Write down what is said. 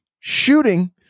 shooting